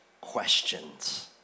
questions